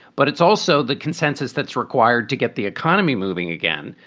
but it's also the consensus that's required to get the economy moving again.